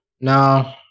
No